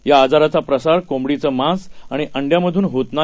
या आजाराचा प्रसार कोंबडीचं मांस आणि अंडय़ांमधून होत नाही